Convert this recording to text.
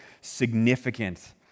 significant